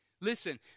Listen